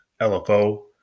LFO